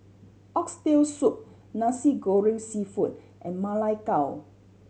Oxtail Soup Nasi Goreng Seafood and Ma Lai Gao